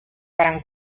parem